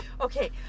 Okay